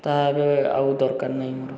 ତା' ଏବେ ଆଉ ଦରକାର ନାହିଁ ମୋର